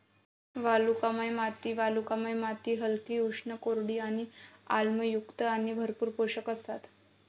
वालुकामय माती वालुकामय माती हलकी, उष्ण, कोरडी आणि आम्लयुक्त आणि भरपूर पोषक असतात